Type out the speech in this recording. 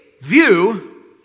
view